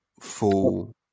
full